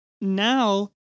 now